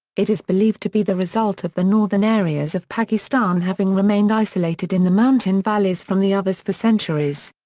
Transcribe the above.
it is believed to be the result of the northern areas of pakistan having remained remained isolated in the mountain valleys from the others for centuries.